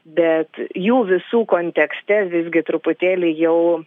bet jų visų kontekste visgi truputėlį jau